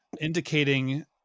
indicating